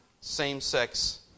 same-sex